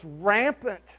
rampant